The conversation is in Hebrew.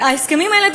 ההסכמים האלה,